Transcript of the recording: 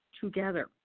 together